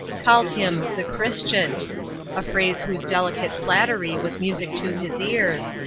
called him the christian a phrase whose delicate flattery was music to his ears,